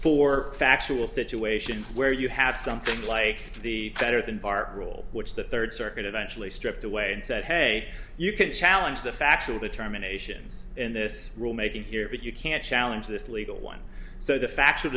for factual situations where you have something like the better than bar rule which the third circuit eventually stripped away and said hey you can challenge the factual determination in this rule making here but you can't challenge this legal one so the fact of